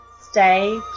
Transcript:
stay